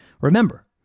Remember